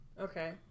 Okay